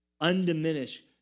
undiminished